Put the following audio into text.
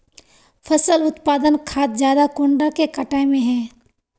फसल उत्पादन खाद ज्यादा कुंडा के कटाई में है?